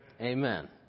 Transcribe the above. Amen